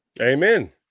Amen